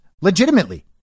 legitimately